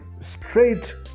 straight